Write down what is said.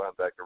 linebacker